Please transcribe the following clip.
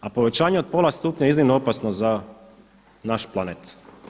A povećanje od pola stupnja iznimno je opasno za naš planet.